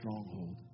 stronghold